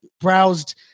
browsed